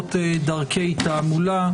הבחירות (דרכי תעמולה).